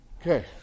Okay